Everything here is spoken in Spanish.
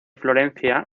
florencia